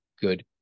good